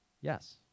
yes